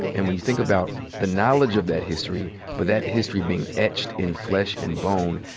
and when you think about the knowledge of that history, with that history being etched in flesh and bone,